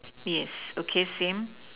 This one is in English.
yes okay same